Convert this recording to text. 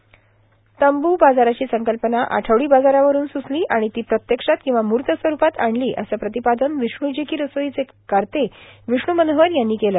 तंब्र बाजाराची संकल्पना आठवडी बाजारा वरून सुचली आणि ती प्रत्यक्षात किंवा मूर्त स्वरूपात आणली असं प्रतिपादन विष्णूजी की रसोई चे कर्ते विष्णू मनोहर यांनी केलं